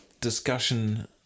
discussion